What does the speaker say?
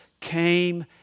came